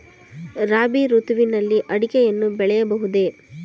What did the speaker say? ರಾಬಿ ಋತುವಿನಲ್ಲಿ ಅಡಿಕೆಯನ್ನು ಬೆಳೆಯಬಹುದೇ?